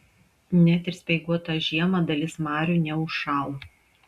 net ir speiguotą žiemą dalis marių neužšąla